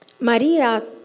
Maria